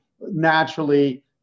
naturally